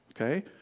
Okay